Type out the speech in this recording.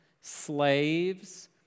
Slaves